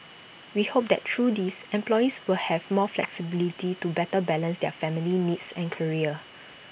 we hope that through these employees will have more flexibility to better balance their family needs and careers